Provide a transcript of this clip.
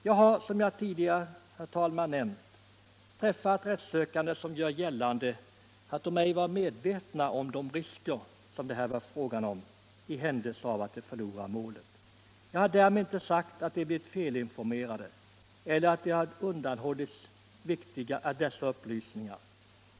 Jag har som jag tidigare nämnt, träffat rättssökande som gör gällande att de ej varit medvetna om de risker det här är fråga om i händelse av att de förlorar målet. Jag har därmed inte sagt att de blivit felinformerade eller att någon undanhållit dessa upplysningar.